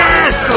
Yes